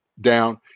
down